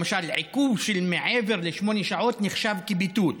למשל, עיכוב של מעבר לשמונה שעות נחשב לביטול.